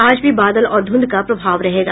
आज भी बादल और ध्रंध का प्रभाव रहेगा